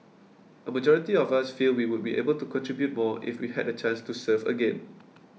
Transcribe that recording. a majority of us feel we would be able to contribute more if we had a chance to serve again